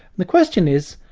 the question is,